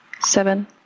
seven